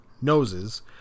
noses